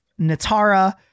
natara